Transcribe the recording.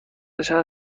شهر